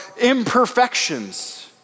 imperfections